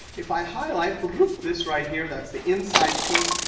if i highlight this, right here, that's the inside piece,